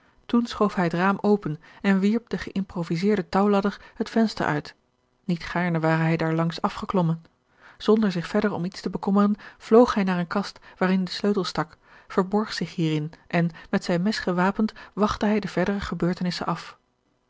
schoof hij het raam open en wierp de geïmproviseerde touwladder het venster uit niet gaarne ware hij daar langs afgeklomme zonder zich verder om iets te bekommeren vloog hij naar eene kast waarin de sleutel stak verborg zich hierin en met zijn mes gewapend wachtte hij de verdere gebeurtenissen af